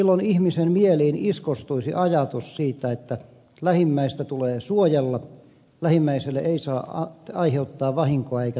silloin ihmisten mieliin iskostuisi ajatus siitä että lähimmäistä tulee suojella lähimmäiselle ei saa aiheuttaa vahinkoa eikä tappaa